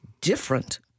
different